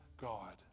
God